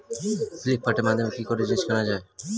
ফ্লিপকার্টের মাধ্যমে কি করে জিনিস কেনা যায়?